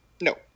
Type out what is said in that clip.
No